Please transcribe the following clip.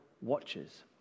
watches